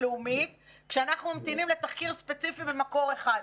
לאומית כשאנחנו ממתינים לתחקיר ספציפי במקור אחד.